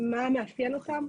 מה מאפיין אותם?